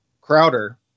Crowder